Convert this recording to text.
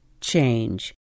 change